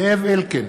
בעד זאב אלקין,